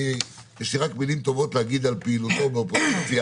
שיש לי רק מילים טובות להגיד על פעילותו באופוזיציה,